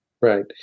Right